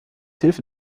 hilfe